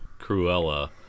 Cruella